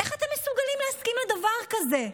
איך אתם מסוגלים להסכים לדבר כזה?